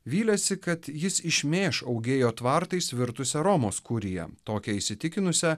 vylėsi kad jis išmėš augėjo tvartais virtusią romos kuriją tokią įsitikinusią